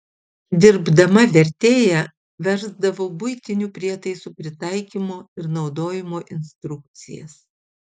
dirbdama vertėja versdavau buitinių prietaisų pritaikymo ir naudojimo instrukcijas